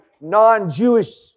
non-Jewish